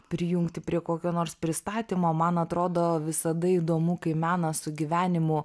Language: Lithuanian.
prijungti prie kokio nors pristatymo man atrodo visada įdomu kai menas su gyvenimu